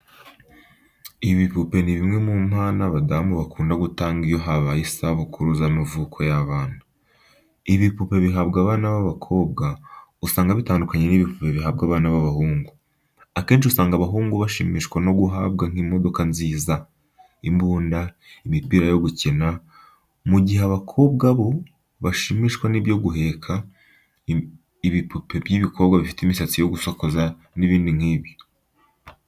Ibipupe ni bimwe mu mpano abadamu bakunda gutanga iyo habaye isabukuru z'amavuko y'abana. Ibipupe bihabwa abana b'abakobwa, usanga bitandukanye n'ibipupe bihabwa abana b'abahungu. Kenshi usanga abahungu bashimishwa no guhabwa nk'imodokanziza, imbunda, imipira yo gukina, mu gihe abakobwa bashimishwa n'ibyo nko guheka, ibipupe by'ibikobwa bifite imisatsi yo gusokoza n'ibindi nk'ibyo.